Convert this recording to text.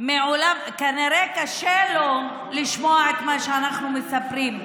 כנראה קשה לו לשמוע את מה שאנחנו מספרים.